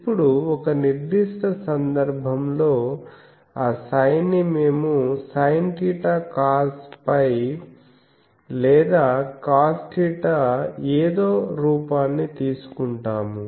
ఇప్పుడు ఒక నిర్దిష్ట సందర్భంలో ఆ ψ ని మేము sinθcosφ లేదా cosθ ఏదో రూపాన్ని తీసుకుంటాము